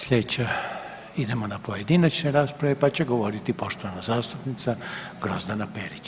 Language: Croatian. Sljedeća, idemo na pojedinačne rasprave pa će govoriti poštovana zastupnica Grozdana Perić,